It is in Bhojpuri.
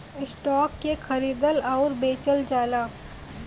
स्टॉक के खरीदल आउर बेचल जाला